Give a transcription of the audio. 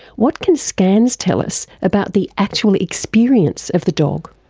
what can scans tell us about the actual experience of the dog?